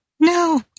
No